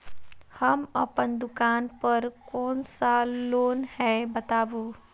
हम अपन दुकान पर कोन सा लोन हैं बताबू?